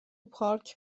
پارک